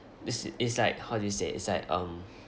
this is like how do you say is like um